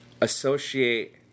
associate